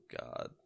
God